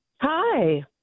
Hi